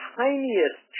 tiniest